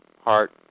heart